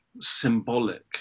symbolic